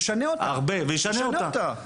וישנה אותה.